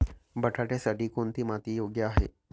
बटाट्यासाठी कोणती माती योग्य आहे?